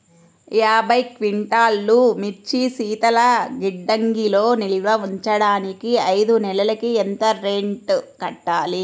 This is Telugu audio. యాభై క్వింటాల్లు మిర్చి శీతల గిడ్డంగిలో నిల్వ ఉంచటానికి ఐదు నెలలకి ఎంత రెంట్ కట్టాలి?